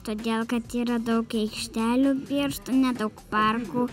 todėl kad yra daug aikšelių piešt nedaug parkų